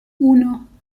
uno